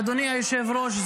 אדוני היושב-ראש,